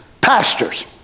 Pastors